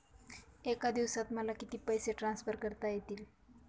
एका दिवसात मला किती पैसे ट्रान्सफर करता येतील?